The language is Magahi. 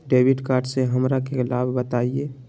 डेबिट कार्ड से हमरा के लाभ बताइए?